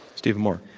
steven moore?